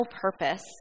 purpose